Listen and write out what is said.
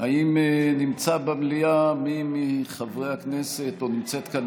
האם נמצא במליאה מי מחברי הכנסת או נמצאת כאן